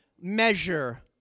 measure